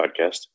Podcast